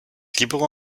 libero